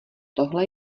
tohle